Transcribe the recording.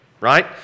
right